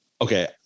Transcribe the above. Okay